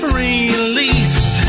released